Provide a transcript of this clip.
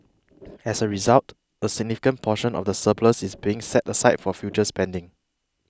as a result a significant portion of the surplus is being set aside for future spending